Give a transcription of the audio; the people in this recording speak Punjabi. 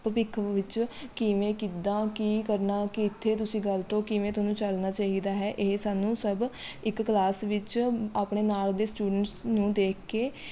ਭਵਿੱਖ ਵਿੱਚ ਕਿਵੇਂ ਕਿੱਦਾਂ ਕੀ ਕਰਨਾ ਕਿੱਥੇ ਤੁਸੀਂ ਗਲਤ ਹੋ ਕਿਵੇਂ ਤੁਹਾਨੂੰ ਚਲਣਾ ਚਾਹੀਦਾ ਹੈ ਇਹ ਸਾਨੂੰ ਸਭ ਇੱਕ ਕਲਾਸ ਵਿੱਚ ਆਪਣੇ ਨਾਲ਼ ਦੇ ਸਟੂਡੈਂਟਸ ਨੂੰ ਦੇਖ ਕੇ